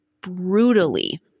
brutally